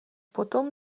potom